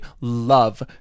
love